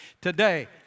Today